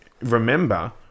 remember